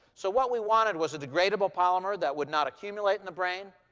so what we wanted was a degradable polymer that would not accumulate in the brain,